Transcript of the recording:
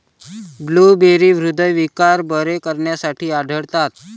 blueberry हृदयविकार बरे करण्यासाठी आढळतात